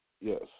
Yes